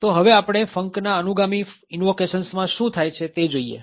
તો હવે આપણે funcના અનુગામી ઈનવોકેશન્સ માં શું થાય છે તે જોઈએ